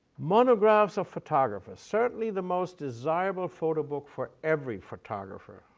monographs of photographers. certainly the most desirable photo book for every photographer,